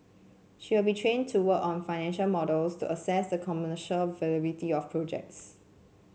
she will be trained to work on financial models to assess the commercial viability of projects